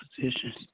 positions